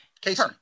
Casey